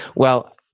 well,